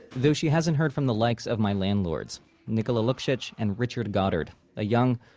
though she hasn't heard from the likes of my landlords nicola luksic and richard goddard, a young,